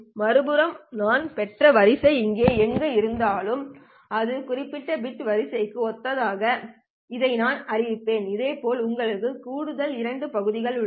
மறுபுறம் நான் பெற்ற வரிசை இங்கே எங்கும் இருந்தால் இந்த குறிப்பிட்ட பிட் வரிசைக்கு ஒத்ததாக இதை நான் அறிவிப்பேன் இதேபோல் உங்களுக்கு கூடுதல் இரண்டு பகுதிகளும் உள்ளன